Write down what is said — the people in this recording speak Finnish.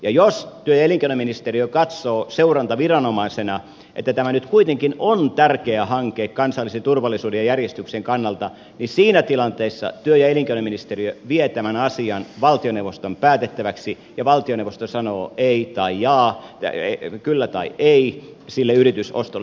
ja jos työ ja elinkeinoministeriö katsoo seurantaviranomaisena että tämä nyt kuitenkin on tärkeä hanke kansallisen turvallisuuden ja järjestyksen kannalta niin siinä tilanteessa työ ja elinkeinoministeriö vie tämän asian valtioneuvoston päätettäväksi ja valtioneuvosto sanoo ei tai jaa kyllä tai ei sille yritysostolle